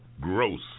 Gross